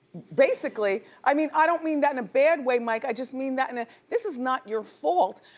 basically. i mean i don't mean that in a bad way, mike, i just mean that in a, this is not your fault.